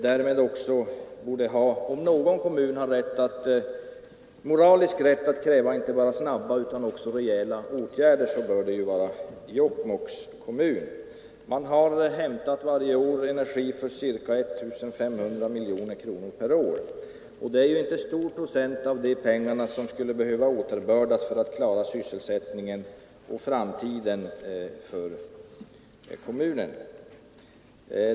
Om någon kommun skulle ha moralisk rätt att kräva inte bara snabba utan också rejäla åtgärder borde det alltså vara Jokkmokks kommun. Varje år har där hämtats energi för ca 1 500 miljoner kronor, och det är inte stor procent av de belopp det här rör sig om som skulle behöva återbördas för att man skulle klara sysselsättningen och framtiden för kommunen.